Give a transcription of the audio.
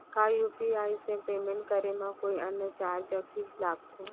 का यू.पी.आई से पेमेंट करे म कोई अन्य चार्ज या फीस लागथे?